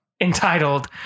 entitled